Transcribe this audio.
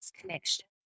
connection